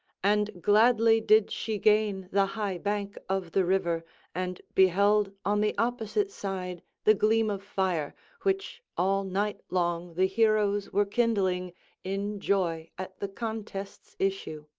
and gladly did she gain the high-bank of the river and beheld on the opposite side the gleam of fire, which all night long the heroes were kindling in joy at the contest's issue.